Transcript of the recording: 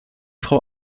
frau